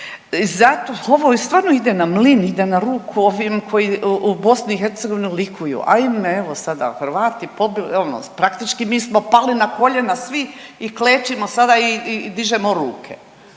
Zato, ovo stvarno ide na mlin, ide na ruku ovim koji u BIH likuju, ajme evo sada Hrvati ono praktički mi smo pali na koljena svi i klečimo sada i dižemo ruke.